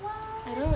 what